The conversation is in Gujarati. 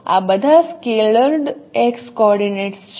આ બધા સ્કેલેર્ડ x કોઓર્ડિનેટ્સ છે